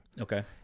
Okay